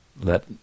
Let